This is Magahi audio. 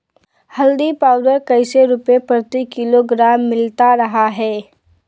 हल्दी पाउडर कैसे रुपए प्रति किलोग्राम मिलता रहा है?